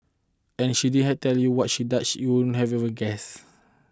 and if she didn't tell you what she does you wouldn't even have guessed